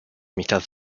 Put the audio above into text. amistad